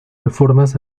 reformas